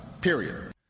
Period